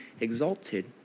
exalted